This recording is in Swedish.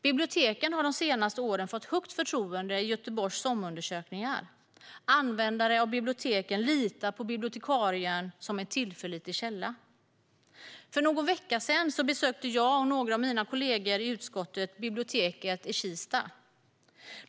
Biblioteken har de senaste åren fått högt förtroende i Göteborgs SOM-undersökningar. Användare av biblioteken litar på bibliotekarien som en tillförlitlig källa. För någon vecka sedan besökte jag och några av mina kollegor i utskottet biblioteket i Kista.